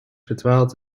verdwaalt